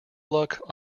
luck